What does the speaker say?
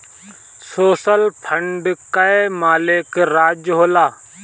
social fund कअ मालिक राज्य होला